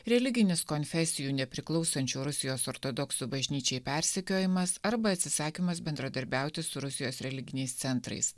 religinis konfesijų nepriklausančių rusijos ortodoksų bažnyčiai persekiojimas arba atsisakymas bendradarbiauti su rusijos religiniais centrais